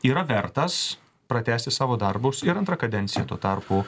yra vertas pratęsti savo darbus ir antrą kadenciją tuo tarpu